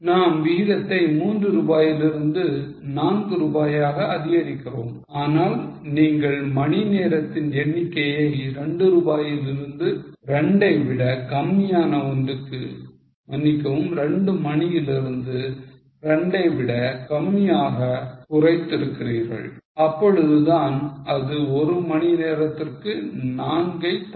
நாம் விகிதத்தை 3 ரூபாயிலிருந்து 4 ரூபாயாக அதிகரிக்கிறோம் ஆனால் நீங்கள் மணி நேரத்தின் எண்ணிக்கையை 2 ரூபாயிலிருந்து 2 ஐ விட கம்மியான ஒன்றுக்கு மன்னிக்கவும் 2 மணியிலிருந்து 2 ஐ விட கம்மியாக குறைத்து இருக்கிறீர்கள் அப்பொழுதுதான் அது ஒரு மணி நேரத்திற்கு 4 ஐ தரும்